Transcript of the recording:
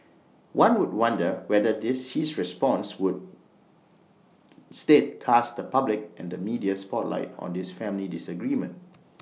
one would wonder whether this his response would instead cast the public and media spotlight on this family disagreement